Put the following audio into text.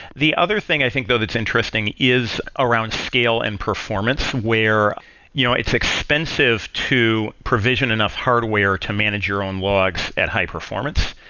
the other thing i think though that's interesting is around scale and performance where you know it's expensive to provision enough hardware to manage your own logs at high-performance.